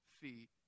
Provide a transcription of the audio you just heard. feet